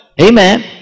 Amen